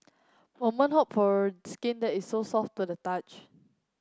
woman hope for skin that is so soft to the touch